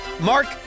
Mark